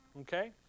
Okay